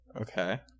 Okay